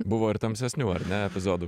buvo ir tamsesnių ar ne epizodų